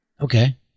Okay